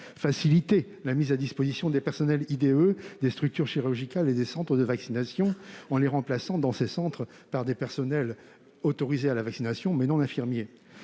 faciliter la mise à disposition des personnels IDE des structures chirurgicales et des centres de vaccination en les remplaçant, dans ces centres, par des personnels autorisés à vacciner, mais non infirmiers